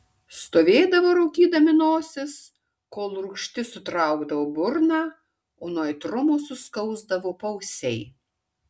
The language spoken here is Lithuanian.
stovėdavo raukydami nosis kol rūgštis sutraukdavo burną o nuo aitrumo suskausdavo paausiai